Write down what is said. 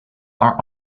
our